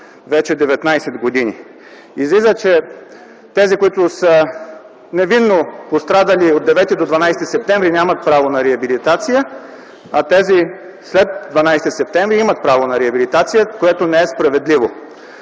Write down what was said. вече 19 години. Излиза, че тези, които са невинно пострадали от 9 до 12 септември нямат право на реабилитация, а тези след 12 септември – имат право на реабилитация, което не е справедливо.